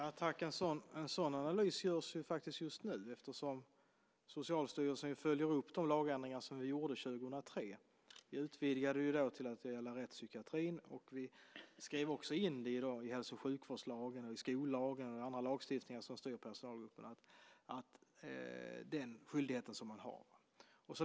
Fru talman! En sådan analys görs just nu. Socialstyrelsen följer upp de lagändringar som vi gjorde 2003. Vi utvidgade den till att gälla rättspsykiatrin, och vi skrev in i hälso och sjukvårdslagen, i skollagen och i alla lagstiftningar som berör den skyldighet som man har.